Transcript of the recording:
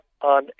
on